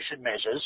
measures